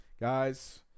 Guys